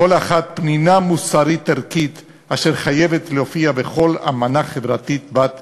פנינה מוסרית ערכית אשר חייבת להופיע בכל אמנה חברתית בת ימינו.